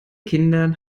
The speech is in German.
kindern